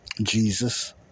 Jesus